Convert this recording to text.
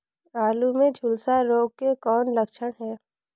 आलू मे झुलसा रोग के कौन लक्षण हे?